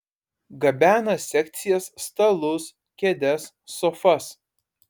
gabena sekcijas stalus kėdes sofas